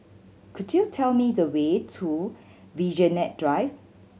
could you tell me the way to Vigilante Drive